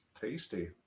Tasty